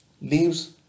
leaves